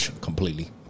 Completely